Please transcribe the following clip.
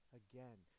again